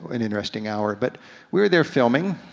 an interesting hour, but we're there filming,